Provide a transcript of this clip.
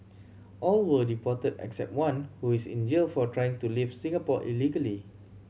all were deported except one who is in jail for trying to leave Singapore illegally